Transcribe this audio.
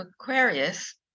Aquarius